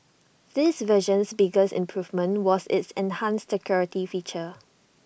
this version's biggest improvement was its enhanced security feature